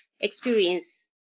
experience